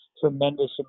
tremendous